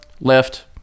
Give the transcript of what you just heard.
left